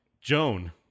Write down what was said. Joan